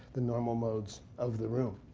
the normal modes of the room.